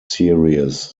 series